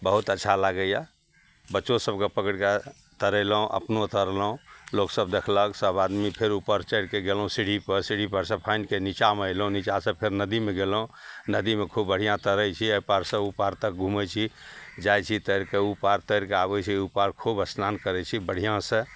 बहुत अच्छा लागैए बच्चो सभके पकड़िके तैरैलहुँ अपनो तैरलहुँ लोकसभ देखलक सब आदमी फेर उपर चढ़िके गेलहुँ सीढ़ीपर सीढ़ीपरसे फानिके निच्चाँमे अएलहुँ निच्चाँसे फेर नदीमे गेलहुँ नदीमे खूब बढ़िआँ तैरै छी एहिपारसे ओहि पार तक घुमै छी जाए छी तैरिके ओ पार तैरिके आबै छी ओहि पार खूब अस्नान करै छी बढ़िआँसे